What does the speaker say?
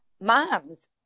moms